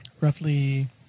Roughly